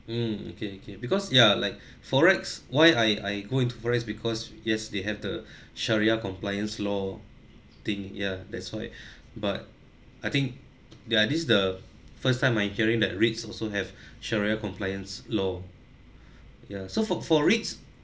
mm okay okay because ya like forex why I I go into forex because yes they have the shariah compliance law thing yeah that's why but I think there are this the first time I hearing that REITs also have shariah compliance law ya so for for REITs